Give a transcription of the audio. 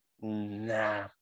nah